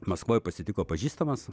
maskvoj pasitiko pažįstamas